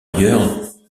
ailleurs